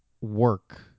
work